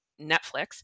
Netflix